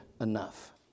enough